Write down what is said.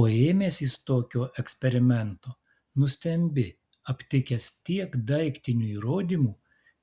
o ėmęsis tokio eksperimento nustembi aptikęs tiek daiktinių įrodymų